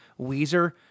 Weezer